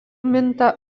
minta